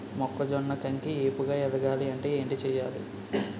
మొక్కజొన్న కంకి ఏపుగ ఎదగాలి అంటే ఏంటి చేయాలి?